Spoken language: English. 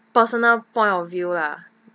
personal point of view lah